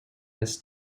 this